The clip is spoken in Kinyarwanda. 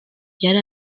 yari